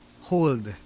hold